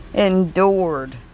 Endured